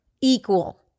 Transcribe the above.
Equal